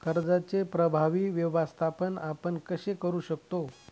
कर्जाचे प्रभावी व्यवस्थापन आपण कसे करु शकतो?